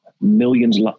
millions